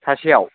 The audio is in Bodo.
सासेयाव